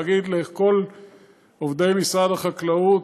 להגיד לכל עובדי משרד החקלאות,